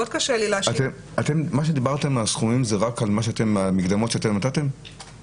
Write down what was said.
הסכומים שדיברתם עליהם זה רק המקדמות שאתם נתתם לגבי קטינים?